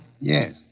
Yes